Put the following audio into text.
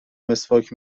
مسواک